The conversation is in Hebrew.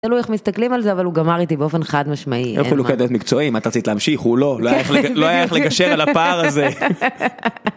תלוי איך מסתכלים על זה אבל הוא גמר איתי באופן חד משמעי. באופן מקצועי את רצית להמשיך הוא לא. לא היה איך לגשר על הפער הזה.